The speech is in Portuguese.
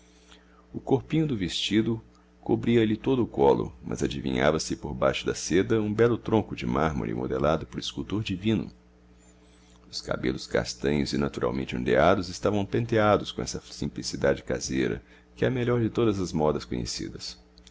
o corpinho do vestido cobria-lhe todo o colo mas adivinhava-se por baixo da seda um belo tronco de mármore modelado por escultor divino os cabelos castanhos e naturalmente ondeados estavam penteados com essa simplicidade caseira que é a melhor de todas as modas conhecidas